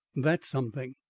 that's something.